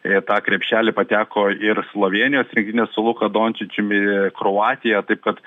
į tą krepšelį pateko ir slovėnijos rinktinė su luka dončičiumi kroatija taip kad